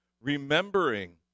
remembering